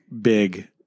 big